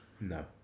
No